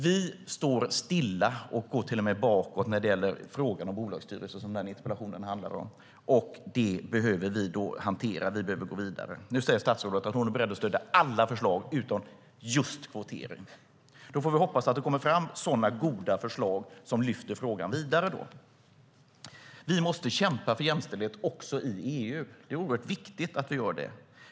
Vi står stilla och går till och med bakåt när det gäller frågan om bolagsstyrelser som den här interpellationen handlar om, och det behöver vi hantera och gå vidare med. Nu säger statsrådet att hon är beredd att stödja alla förslag utom just kvotering. Då får vi hoppas att det kommer fram sådana goda förslag som lyfter frågan vidare. Vi måste kämpa för jämställdhet också i EU. Det är oerhört viktigt att vi gör det.